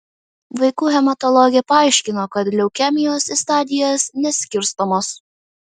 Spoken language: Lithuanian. vaikų hematologė paaiškino kad leukemijos į stadijas neskirstomos